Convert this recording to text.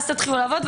אז תתחילו לעבוד,